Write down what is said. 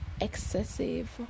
excessive